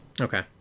Okay